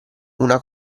una